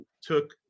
took